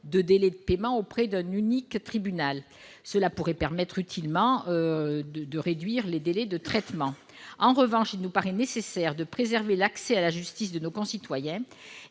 de délais de paiement auprès d'un unique tribunal, solution qui pourrait permettre de réduire utilement les délais de traitement. En revanche, il nous paraît nécessaire de préserver l'accès à la justice de nos concitoyens